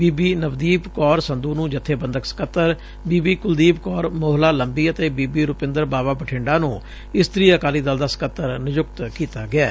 ਬੀਬੀ ਨਵਦੀਪ ਕੌਰ ਸੰਧੂ ਨੂੰ ਜਬੇਬੰਦਕ ਸਕੱਤਰ ਬੀਬੀ ਕੁਲਦੀਪ ਕੌਰ ਮੋਹਲਾ ਲੰਬੀ ਅਤੇ ਬੀਬੀ ਰੁਪਿੰਦਰ ਬਾਵਾ ਬਠਿੰਡਾ ਨੁੰ ਇਸਤਰੀ ਅਕਾਲੀ ਦਲ ਦਾ ਸਕੱਤਰ ਨਿਯੁਕਤ ਕੀਤਾ ਗਿਐ